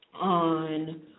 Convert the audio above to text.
on